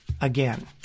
again